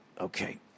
Okay